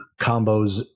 combos